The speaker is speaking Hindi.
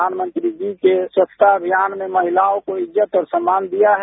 प्रधानमंत्री जी के स्वच्छता अभियान में महिलाओं को इज्जत और सम्मान दिया है